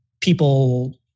people